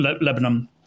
Lebanon